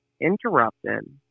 interrupted